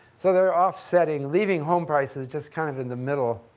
so they're offsetting, leaving home prices just kind of in the middle,